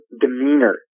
demeanor